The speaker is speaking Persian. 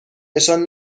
نشان